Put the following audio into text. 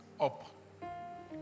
up